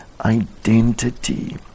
identity